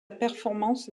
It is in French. performance